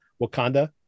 Wakanda